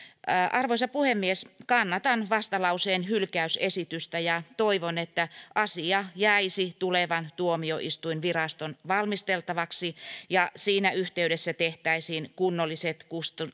arvoisa puhemies kannatan vastalauseen hylkäysesitystä ja toivon että asia jäisi tulevan tuomioistuinviraston valmisteltavaksi ja siinä yhteydessä tehtäisiin kunnolliset